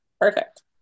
Perfect